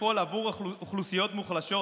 לפעול עבור אוכלוסיות מוחלשות,